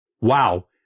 wow